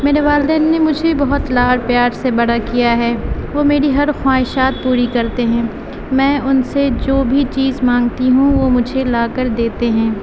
میرے والدین نے مجھے بہت لاڑ پیار سے بڑا کیا ہے وہ میری ہر خواہشات پوری کرتے ہیں میں ان سے جو بھی چیز مانگتی ہوں وہ مجھے لا کر دیتے ہیں